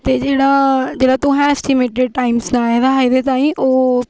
ते जेह्ड़ा ते जेह्ड़ा तुसें एस्टीमेटेड टाईम सनाए दा हा एह्दे ताहीं ओह्